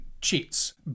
cheats